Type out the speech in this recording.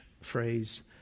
phrase